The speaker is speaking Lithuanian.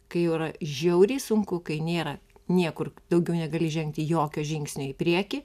kai jau yra žiauriai sunku kai nėra niekur daugiau negali žengti jokio žingsnio į priekį